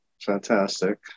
fantastic